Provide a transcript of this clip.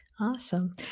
awesome